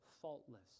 faultless